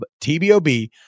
tbob